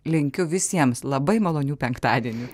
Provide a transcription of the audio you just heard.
linkiu visiems labai malonių penktadienių